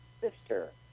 sister